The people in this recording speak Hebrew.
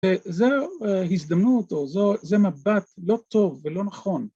וזו הזדמנות או זה מבט לא טוב ולא נכון